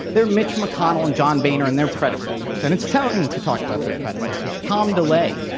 they're mitch mcconnell and john boehner and their predecessors. and it's telling to talk about their predecessors tom delay,